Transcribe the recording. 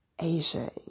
Asia